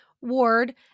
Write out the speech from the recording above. ward